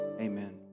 amen